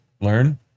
Learn